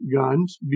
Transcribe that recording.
guns